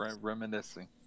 Reminiscing